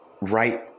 right